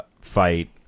fight